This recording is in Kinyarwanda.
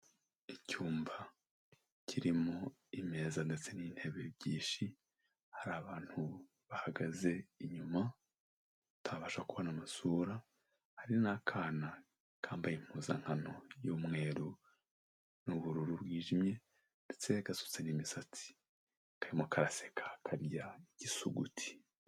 Icyumba kirimo i ame ndetse n'intebe byinshi hari abantu bahagaze inyuma batabasha kana amasura hari n'akana kambaye impuzankano y'umweru nubururu bwijimye ndetse gasusa n'imisatsi kamo kaseka akarya igisuguti.